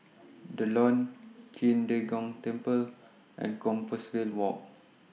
The Lawn Qing De Gong Temple and Compassvale Walk